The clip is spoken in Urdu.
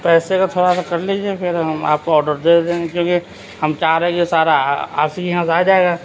پیسے کا تھوڑا سا کر لیجیے پھر ہم آپ کو آڈر دے دیں گے کیونکہ ہم چاہ رہے ہیں یہ سارا آپ ہی کے یہاں سے آ جائے گا